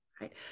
right